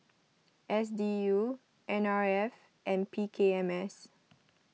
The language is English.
S D U N R F and P K M S